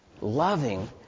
Loving